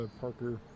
Parker